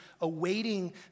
awaiting